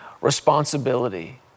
responsibility